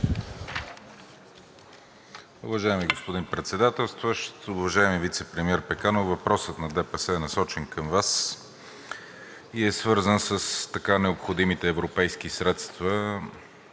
Уважаеми господин Председателстващ! Уважаеми вицепремиер Пеканов, въпросът на ДПС е насочен към Вас и е свързан с така необходимите европейски средства,